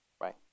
Right